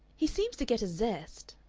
he seems to get a zest